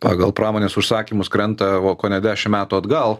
pagal pramonės užsakymus krenta kone dešimt metų atgal